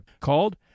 called